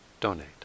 donate